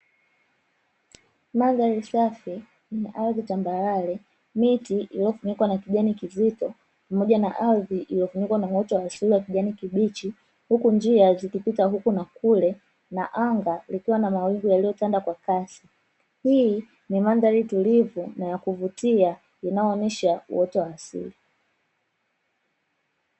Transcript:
Mandhari safi na ardhi tambarare, miti iliyofunikwa na kijani kizito pamoja na ardhi iliyofunikwa na uoto wa asili wa kijani kibichi, huku njia zikipita huku na kule; na anga likiwa na mawingu yaliyotanda kwa kasi. Hii ni mandhari tulivu na ya kuvutia inayoonyesha uoto wa asili.